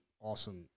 awesome